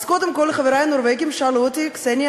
אז קודם כול חברי הנורבגים שאלו אותי: קסניה,